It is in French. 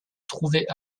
trouvaient